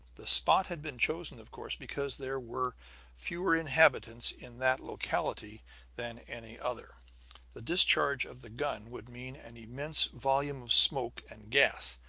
the spot had been chosen, of course, because there were fewer inhabitants in that locality than any other the discharge of the gun would mean an immense volume of smoke and gas,